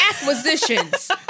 acquisitions